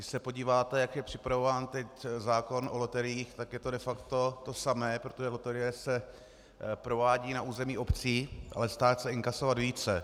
Když se podíváte, jak je připravován teď zákon o loteriích, tak je to de facto to samé, protože loterie se provádí na území obcí, ale stát chce inkasovat více.